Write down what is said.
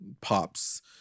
pops